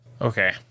Okay